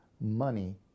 money